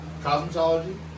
Cosmetology